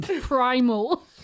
primal